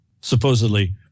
supposedly